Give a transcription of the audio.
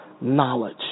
knowledge